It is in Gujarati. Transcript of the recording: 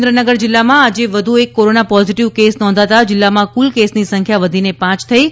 સુરેન્દ્રનગર જિલ્લામાં આજે વધુ એક કોરોના પોઝિટિવ કેસ નોંધાતા જિલ્લામાં કુલ કેસની સંખ્યા વધીને પાંચ થઈ છે